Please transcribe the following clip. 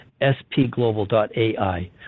spglobal.ai